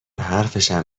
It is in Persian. حرفشم